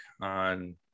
on